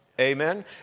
Amen